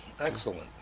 Excellent